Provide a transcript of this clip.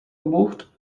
gebucht